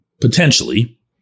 potentially